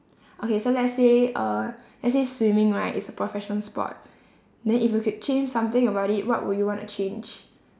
okay so let's say uh let's say swimming right it's a profession sport then if you could change something about it what would you want to change